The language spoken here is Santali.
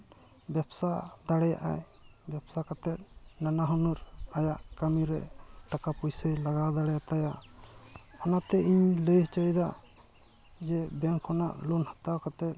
ᱵᱮᱵᱽᱥᱟ ᱫᱟᱲᱮᱭᱟᱜᱼᱟᱭ ᱵᱮᱵᱽᱥᱟ ᱠᱟᱛᱮᱫ ᱱᱟᱱᱟ ᱦᱩᱱᱟᱹᱨ ᱟᱭᱟᱜ ᱠᱟᱹᱢᱤ ᱨᱮ ᱴᱟᱠᱟ ᱯᱩᱭᱥᱟᱹᱭ ᱞᱟᱜᱟᱣ ᱫᱟᱲᱮᱣᱟᱛᱟᱭᱟ ᱚᱱᱟᱛᱮ ᱤᱧᱤᱧ ᱞᱟᱹᱭ ᱦᱚᱪᱚᱭ ᱫᱟ ᱡᱮ ᱵᱮᱝᱠ ᱠᱷᱚᱱᱟᱜ ᱞᱳᱱ ᱦᱟᱛᱟᱣ ᱠᱟᱛᱮᱫ